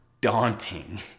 daunting